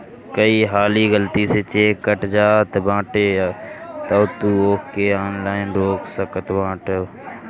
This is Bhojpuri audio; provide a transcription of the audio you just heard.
कई हाली गलती से चेक कट जात बाटे तअ तू ओके ऑनलाइन रोक सकत बाटअ